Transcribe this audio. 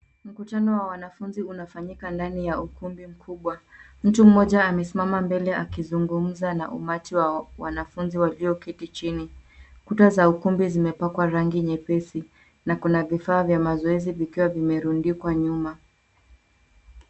Mkutano wa wanafunzi unafanyika katika ukumbi mkubwa. Mtu mmoja amesimama mbele akizugumza na umati wa wanafunzi walioketi chini. Kuta za ukumbi zimepakwa rangi nyepesi na kuna vifaa vya mazoezi vikiwa vimerundikwa nyuma.